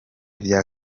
vya